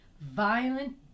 violent